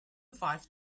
five